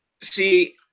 See